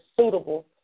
suitable